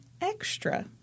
extra